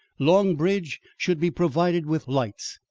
long bridge should be provided with lights.